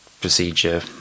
procedure